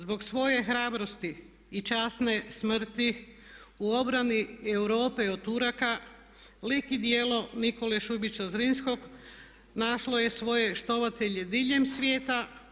Zbog svoje hrabrosti i časne smrti u obrani Europe od Turaka lik i djelo Nikole Šubića Zrinskog našlo je svoje štovatelje diljem svijeta.